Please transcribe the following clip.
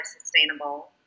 Sustainable